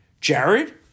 Jared